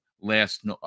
last